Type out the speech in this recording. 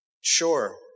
Sure